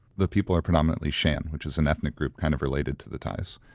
the people are predominantly shan, which is an ethnic group kind of related to the thais,